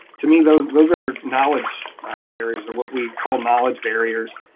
to me, those those are knowledge barriers or what we call knowledge barriers,